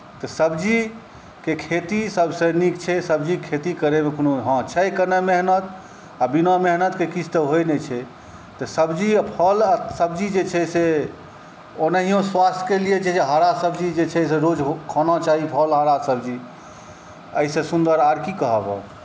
तऽ सब्जीके खेती सभसँ नीक छै सब्जीके खेती करैमे कोनो हँ छै कने मेहनत आ बिना मेहनतके किछु तऽ होइत नहि छै तऽ सब्जी आ फल आ सब्जी जे छै से ओनाहिओ स्वास्थ्यके लिए जे हरा सब्जी जे छै से रोज खाना चाही फल हरा सब्जी एहिसँ सुन्दर आओर की कहब हम